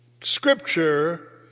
scripture